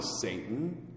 Satan